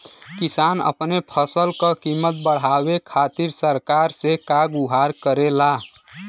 किसान अपने फसल क कीमत बढ़ावे खातिर सरकार से का गुहार करेला?